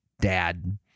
dad